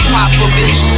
Popovich